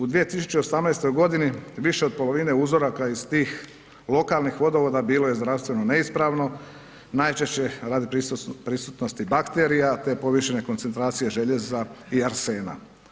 U 2018. godini više od polovine uzoraka iz tih lokalnih vodovoda bilo je zdravstveno neispravno, najčešće radi prisutnosti bakterija te povišene koncentracije željeza i arsena.